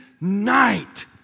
night